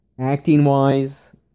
Acting-wise